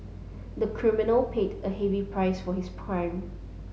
the criminal paid a heavy price for his crime